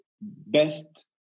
best